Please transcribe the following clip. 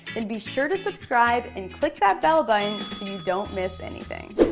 then be sure to subscribe and click that bell button so you don't miss anything.